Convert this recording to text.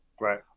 Right